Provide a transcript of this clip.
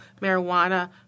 marijuana